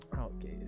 Okay